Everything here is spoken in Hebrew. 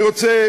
אני רוצה